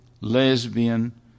lesbian